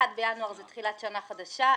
1 בינואר זאת תחילת שנה חדשה,